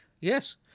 Yes